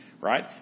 right